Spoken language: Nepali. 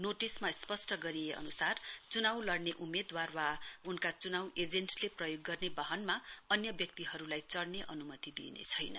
नोटिसमा स्पष्ट गरिए अनुसार चुनाउ लड़ने उम्मेदवार वा उनका च्नाउ एजेन्टले प्रयोग गर्ने वाहनमा अन्य व्यक्तिहरूलाई चढ़ने अन्मति दिइनेछैन